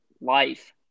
life